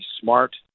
smart